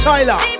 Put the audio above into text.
Tyler